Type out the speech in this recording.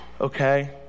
Okay